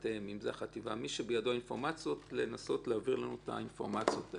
החטיבה - לנסות להעביר לנו את האינפורמציות האלה.